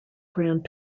grand